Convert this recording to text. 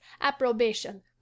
approbation